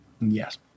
Yes